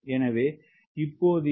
எனவே இப்போது இதை 1